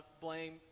blame